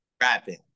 rapping